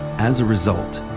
as a result,